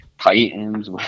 Titans